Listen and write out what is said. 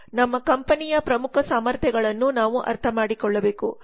ನಮ್ಮ ಕಂಪನಿಯ ಪ್ರಮುಖ ಸಾಮರ್ಥ್ಯಗಳನ್ನು ನಾವು ಅರ್ಥಮಾಡಿಕೊಳ್ಳಬೇಕು